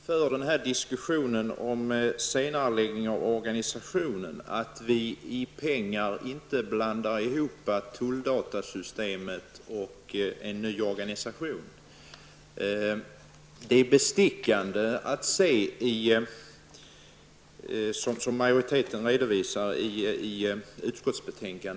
Fru talman! Det är viktigt att vi inte blandar ihop frågan om pengar till tulldatasystemet och frågan om en ny organisation, när vi diskuterar en senareläggning av omorganisationen.